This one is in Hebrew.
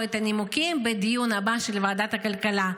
את הנימוקים בדיון הבא של ועדת הכלכלה.